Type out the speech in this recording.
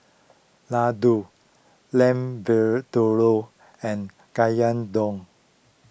Ladoo Lamb Vindaloo and Gyudon